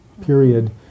period